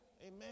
Amen